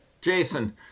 Jason